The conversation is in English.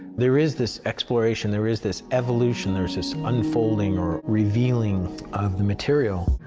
there is this exploration. there is this evolution. there is this unfolding, or revealing of the material.